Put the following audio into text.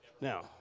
Now